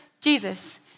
Jesus